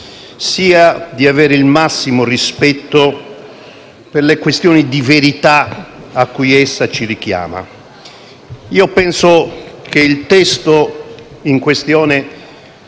sia di avere il massimo rispetto per le questioni di verità a cui essa ci richiama. Penso che il testo in questione